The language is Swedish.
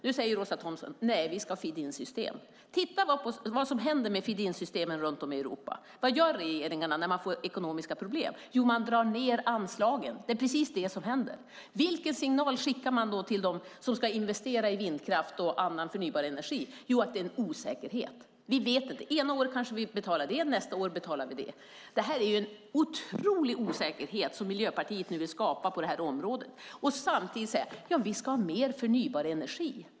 Då säger Åsa Romson: Nej, vi ska ha feed in-system. Titta vad som händer med feed in-systemen runt om i Europa! Vad gör regeringarna när man får ekonomiska problem? Jo, man drar ned anslagen. Det är precis det som händer. Vilken signal skickar man då till dem som ska investera i vindkraft och annan förnybar energi? Jo, att det är en osäkerhet. Vi vet inget, ena året kanske vi betalar det, nästa år betalar vi någonting annat. Det är en otrolig osäkerhet som Miljöpartiet vill skapa på det här området, och samtidigt säger de: Vi ska ha mer förnybar energi.